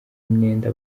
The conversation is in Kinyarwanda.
imyenda